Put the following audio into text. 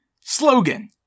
slogan